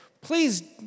Please